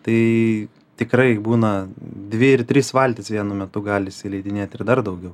tai tikrai būna dvi ir tris valtis vienu metu gali įsileidinėt ir dar daugiau